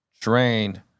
trained